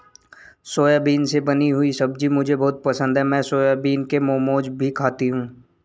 soybean से बनी हुई सब्जी मुझे बहुत पसंद है मैं सोयाबीन के मोमोज भी खाती हूं